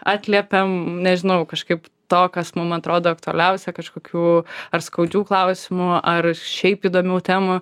atliepiam nežinau kažkaip to kas mum atrodo aktualiausia kažkokių ar skaudžių klausimų ar šiaip įdomių temų